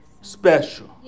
special